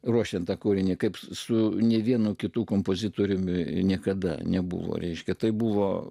ruošiant kūrinį kaip su ne vienu kitu kompozitoriumi niekada nebuvo reiškia tai buvo